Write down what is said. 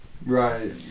Right